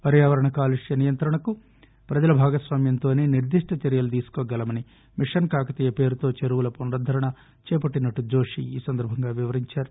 పర్యావరణ కాలుష్య నియంత్రణకు ప్రజల భాగస్వామ్యంతోసే నిర్దిష్ణ చర్యలు తీసుకోగలమనీ మిషన్ కాకతీయ పేరుతో చెరువుల పునరుద్దరణ చేపట్లినట్లు జోషీ ఈ సందర్భంగా వివరిందారు